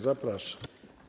Zapraszam.